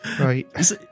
Right